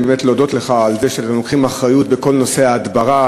אני רוצה להודות לך על זה שאתם מקבלים אחריות בכל נושא ההדברה,